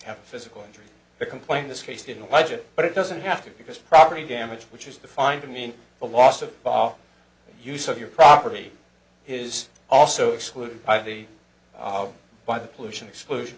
have a physical injury the complaint this case didn't legit but it doesn't have to because property damage which is defined to mean a loss of use of your property his also excluded by the by the pollution exclusion